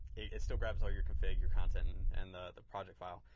it still grabs all your config, your content and and the the project file.